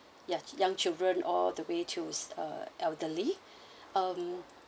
yeah young children all the way to uh elderly um